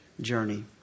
journey